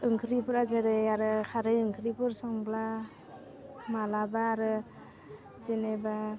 ओंख्रिफ्रा जेरै आरो खारै ओंख्रिफोर संब्ला मालाबा आरो जेनेबा